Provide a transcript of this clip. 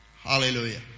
Hallelujah